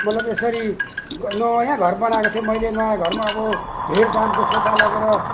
मतलब यसरी ग नयाँ घर बनाएको थिएँ मैले नयाँ घरमा अब धेर दामको सोफा लगेर